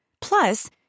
Plus